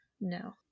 no